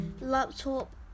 laptop